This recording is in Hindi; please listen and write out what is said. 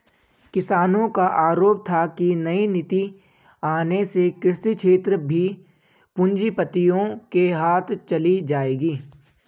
किसानो का आरोप था की नई नीति आने से कृषि क्षेत्र भी पूँजीपतियो के हाथ चली जाएगी